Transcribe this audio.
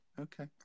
Okay